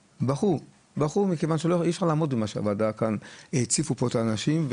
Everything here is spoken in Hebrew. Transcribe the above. מכיוון שאי-אפשר לעמוד במה שהציפו פה אנשים בוועדה.